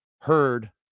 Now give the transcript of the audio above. Heard